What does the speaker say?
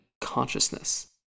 consciousness